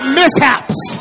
mishaps